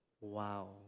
Wow